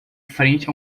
frente